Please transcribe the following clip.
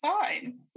fine